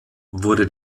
wurde